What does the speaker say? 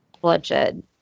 Bloodshed